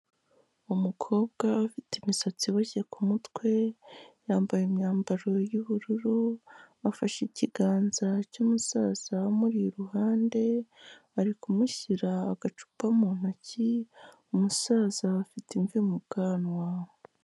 Umukobwa ufite imisatsi iboshye mutwe, yambaye imyambaro y'ubururu afashe ikiganza cy'umusaza amuri iruhande ari kumushyira agacupa mu ntoki umusaza afite imvi mu bwanwa.